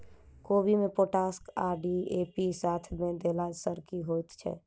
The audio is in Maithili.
कोबी मे पोटाश आ डी.ए.पी साथ मे देला सऽ की होइ छै?